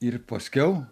ir paskiau